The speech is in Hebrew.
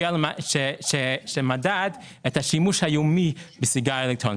ב-2019 שמדד את השימוש היומי בסיגריה אלקטרונית.